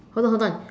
hold on hold on